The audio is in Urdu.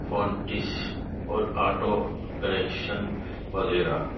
فونٹس اور آٹو کلیکشن وغیرہ